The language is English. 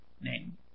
name